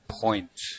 point